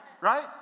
Right